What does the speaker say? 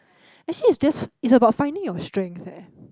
actually it's just it's about finding your strengths eh